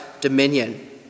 dominion